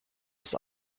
ist